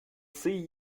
see